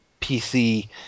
PC